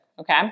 okay